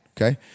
Okay